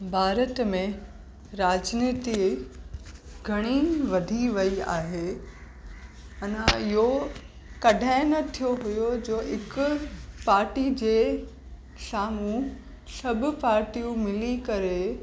भारत में राजनीति घणी वधी वई आहे अञा इहो कडहिं न थियो हुओ जो हिकु पाटी जे साम्हूं सभु पाटियूं मिली करे